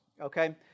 Okay